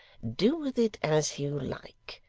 do with it as you like,